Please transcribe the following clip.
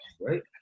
right